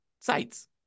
sites